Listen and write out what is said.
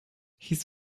his